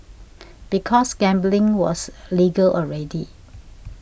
because gambling was legal already